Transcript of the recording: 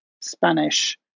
Spanish